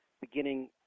beginning